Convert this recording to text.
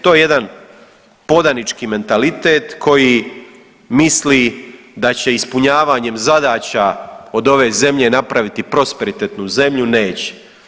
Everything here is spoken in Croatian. To je jedan podanički mentalitet koji misli da će ispunjavanjem zadaća od ove zemlje napraviti prosperitetnu zemlju, neće.